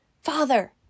Father